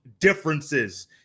differences